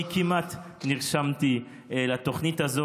כי כמעט נרשמתי לתוכנית הזאת.